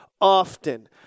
often